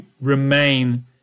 remain